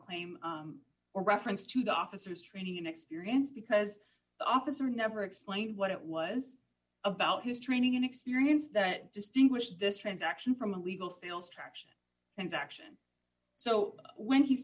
claim or reference to the officers training and experience because the officer never explained what it was about his training experience that distinguished this transaction from a legal sales traction and action so when he